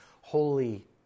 holy